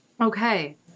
okay